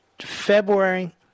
February